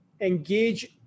engage